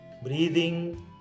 Breathing